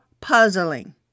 puzzling